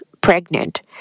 pregnant